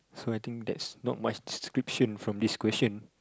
so I think that's not much description from this question